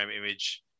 image